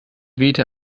wehte